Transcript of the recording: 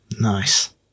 Nice